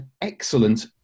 excellent